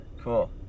Cool